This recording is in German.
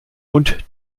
und